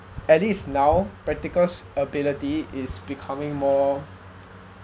at least now practical ability is becoming more